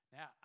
Now